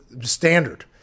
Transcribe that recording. standard